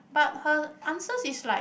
but her answers is like